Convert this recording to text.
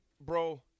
bro